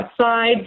outside